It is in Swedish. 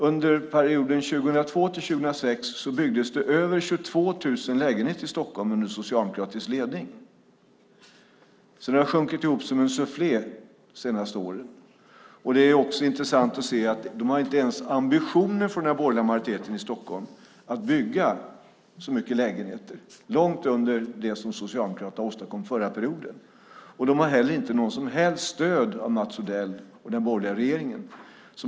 Under perioden 2002-2006 byggdes det över 22 000 lägenheter i Stockholm under socialdemokratisk ledning. Sedan har det sjunkit ihop som en sufflé de senaste åren. Det är också intressant att se att den borgerliga majoriteten i Stockholm inte ens har ambitioner att bygga så mycket lägenheter, långt under det som Socialdemokraterna åstadkom förra perioden. De har heller inte något som helst stöd av Mats Odell och den borgerliga regeringen.